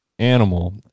animal